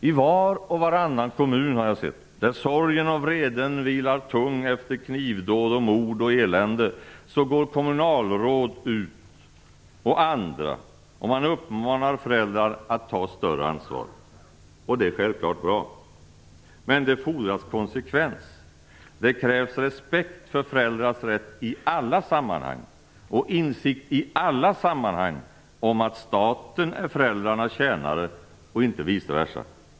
I var och varannan kommun, där sorgen och vreden vilar tung efter knivdåd och mord och elände, går kommunalråd och andra ut och uppmanar föräldrar att ta större ansvar. Det är självklart bra! Men det fordras konsekvens! Det krävs respekt för föräldrars rätt i alla sammanhang och insikt i alla sammanhang om att staten är föräldrarnas tjänare och inte vice versa.